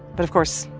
but, of course,